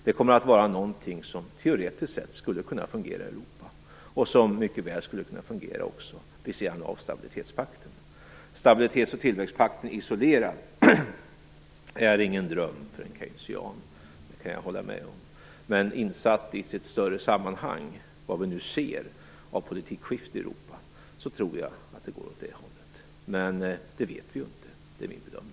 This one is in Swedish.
Det kommer att vara någonting som teoretiskt sett skulle kunna fungera i Europa och som mycket väl skulle kunna fungera också vid sidan av stabilitetspakten. Stabilitets och tillväxtpakten isolerad är ingen dröm för en keynesian, det kan jag hålla med om. Men insatt i ett större sammanhang, i det vi nu ser av politikskifte i Europa, tror jag att det går åt det hållet. Det vet vi ju inte, men det är min bedömning.